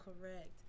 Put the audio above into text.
Correct